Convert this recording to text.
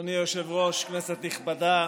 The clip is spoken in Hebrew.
אדוני היושב-ראש, כנסת נכבדה,